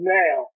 now